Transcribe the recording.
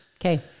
Okay